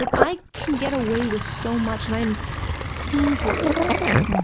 like i can get away with so much, and i am painfully aware of that.